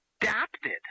adapted